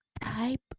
type